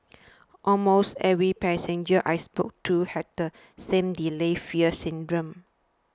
almost every passenger I spoke to had the same delayed fear syndrome